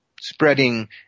spreading